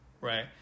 right